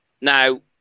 Now